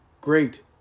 Great